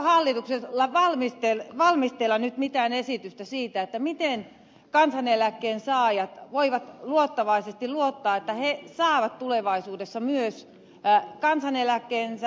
onko hallituksella valmisteilla nyt mitään esitystä siitä miten kansaneläkkeensaajat voivat luottavaisesti luottaa että he saavat tulevaisuudessa myös kansaneläkkeensä